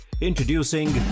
Introducing